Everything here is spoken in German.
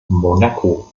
monaco